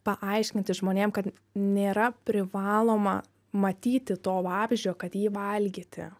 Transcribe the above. paaiškinti žmonėm kad nėra privaloma matyti to vabzdžio kad jį valgyti